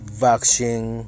vaccine